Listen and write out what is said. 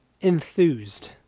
enthused